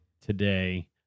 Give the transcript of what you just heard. today